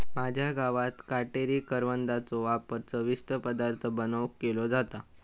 माझ्या गावात काटेरी करवंदाचो वापर चविष्ट पदार्थ बनवुक केलो जाता